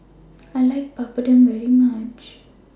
I like Papadum very much